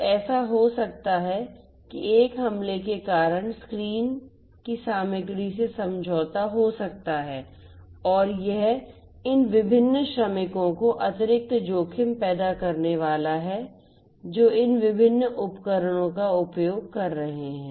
तो ऐसा हो सकता है कि एक हमले के कारण स्क्रीन की सामग्री से समझौता हो सकता है और यह इन विभिन्न श्रमिकों को अतिरिक्त जोखिम पैदा करने वाला है जो इन विभिन्न उपकरणों का उपयोग कर रहे हैं